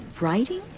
Writing